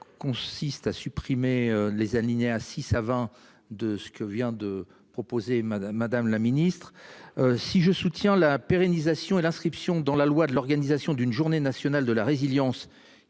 Consiste à supprimer les alinéas 6 avant de ce que vient de proposer, Madame Madame la Ministre. Si je soutiens la pérennisation et l'inscription dans la loi de l'organisation d'une journée nationale de la résilience,